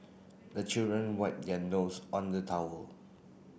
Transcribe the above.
the children wipe their nose on the towel